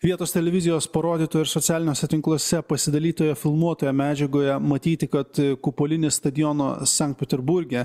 vietos televizijos parodytoj ir socialiniuose tinkluose pasidalytoje filmuotoje medžiagoje matyti kad kupolinis stadiono sankt peterburge